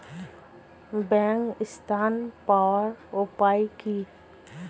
Bank ঋণ পাওয়ার উপায় কি?